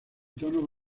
tono